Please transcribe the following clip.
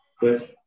Good